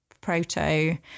proto